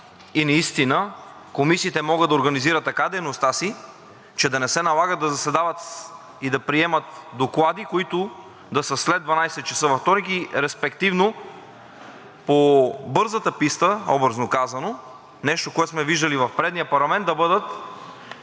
и наистина комисиите могат да организират така дейността си, че да не се налага да заседават и да приемат доклади, които да са след 12,00 ч. във вторник и респективно, по бързата писта, образно казано – нещо, което сме виждали в предния парламент, да бъдат